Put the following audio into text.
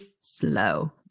slow